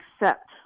accept